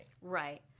Right